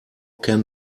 can